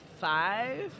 five